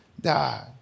die